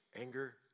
anger